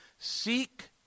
Seek